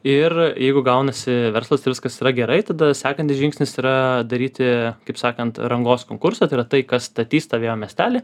ir jeigu gaunasi verslas tai viskas yra gerai tada sekantis žingsnis yra daryti kaip sakant rangos konkursą tai yra tai kas statys tą vėjo miestelį